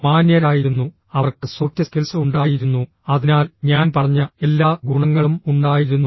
അവർ മാന്യരായിരുന്നു അവർക്ക് soft skills ഉണ്ടായിരുന്നു അതിനാൽ ഞാൻ പറഞ്ഞ എല്ലാ ഗുണങ്ങളും ഉണ്ടായിരുന്നു